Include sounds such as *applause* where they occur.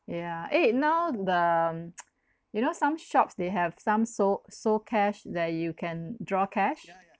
yeah eh now the um *noise* you know some shops they have some so~ socash that you can draw cash